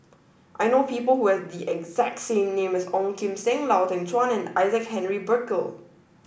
I know people who have the exact name as Ong Kim Seng Lau Teng Chuan and Isaac Henry Burkill